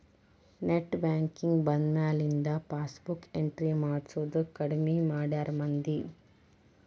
net banking ಬಂದ್ಮ್ಯಾಲಿಂದ passbook entry ಮಾಡ್ಸೋದ್ ಕಡ್ಮಿ ಮಾಡ್ಯಾರ ಮಂದಿ